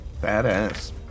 badass